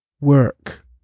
work